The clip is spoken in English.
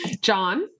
John